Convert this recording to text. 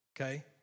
okay